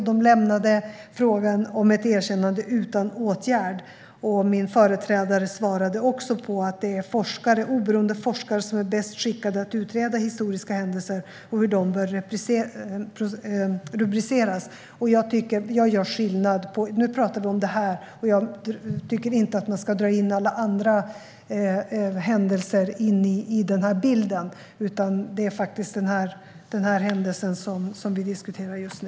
De lämnade frågan om ett erkännande utan åtgärd. Min företrädare svarade också att det är oberoende forskare som är bäst skickade att utreda historiska händelser och hur dessa bör rubriceras. Nu pratar vi om detta, och jag tycker inte att man ska dra in alla andra händelser i bilden. Det är denna händelse som vi diskuterar just nu.